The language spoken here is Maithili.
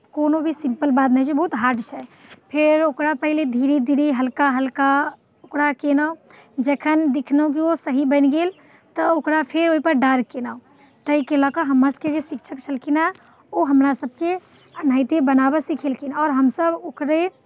कोनो भी सिम्पल बात नहि छै बहुत हार्ड छै फेरो ओकरा पहिले धीरे धीरे हल्का हल्का ओकरा केलहुँ जखन देखलहुँ कि ओ सही बनि गेल तऽ ओकरा फेर ओहिपर डार्क केलहुँ ताहिके लऽ कऽ हमरासभके जे शिक्षक छलखिन हेँ ओ हमरासभके एनाहिते बनाबय सिखेलखिन आओर हमसभ ओकरे